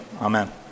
Amen